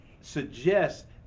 suggests